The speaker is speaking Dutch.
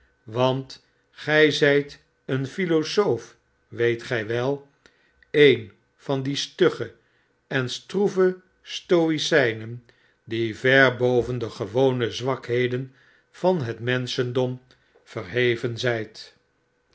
want gij zijt een philosoof weet gij wel een van die stugge en stroeve stoicijnen die ver boven de gewone zwakheden van het menschdom verheven zijn